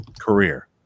career